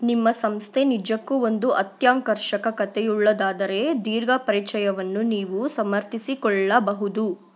ನಿಮ್ಮ ಸಂಸ್ಥೆ ನಿಜಕ್ಕೂ ಒಂದು ಅತ್ಯಾಕರ್ಷಕ ಕತೆಯುಳ್ಳದ್ದಾದರೆ ದೀರ್ಘ ಪರಿಚಯವನ್ನು ನೀವು ಸಮರ್ಥಿಸಿಕೊಳ್ಳಬಹುದು